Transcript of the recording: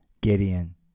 Gideon